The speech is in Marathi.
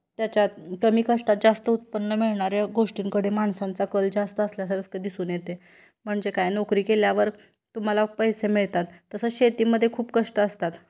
त्याच्यात कमी कष्टात जास्त उत्पन्न मिळणाऱ्या गोष्टींकडे माणसांचा कल जास्त असल्यासारखं दिसून येते म्हणजे काय नोकरी केल्यावर तुम्हाला पैसे मिळतात तसंच शेतीमध्ये खूप कष्ट असतात